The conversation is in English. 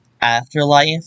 Afterlife